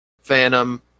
Phantom